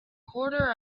quarter